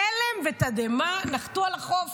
הלם ותדהמה נחתו על החוף.